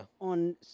On